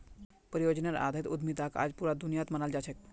परियोजनार आधारित उद्यमिताक आज पूरा दुनियात मानाल जा छेक